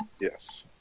Yes